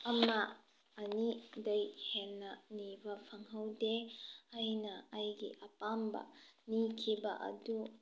ꯑꯃ ꯑꯅꯤꯗꯩ ꯍꯦꯟꯅ ꯅꯤꯕ ꯐꯪꯍꯧꯗꯦ ꯑꯩꯅ ꯑꯩꯒꯤ ꯑꯄꯥꯝꯕ ꯅꯤꯈꯤꯕ ꯑꯗꯨ